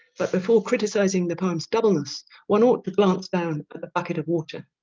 but before criticizing the poem's doubleness one ought to glance down at the bucket of water,